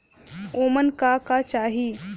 ओमन का का चाही?